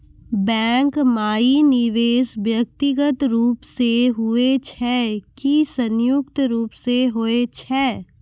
Bank माई निवेश व्यक्तिगत रूप से हुए छै की संयुक्त रूप से होय छै?